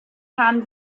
haben